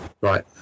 Right